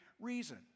reason